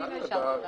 לא אישרתי אותם.